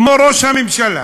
כמו ראש הממשלה,